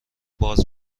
باز